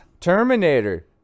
Terminator